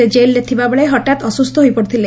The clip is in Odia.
ସେ ଜେଲ୍ରେ ଥିବାବେଳେ ହଠାତ୍ ଅସୁସ୍ଛ ହୋଇପଡ଼ିଥିଲେ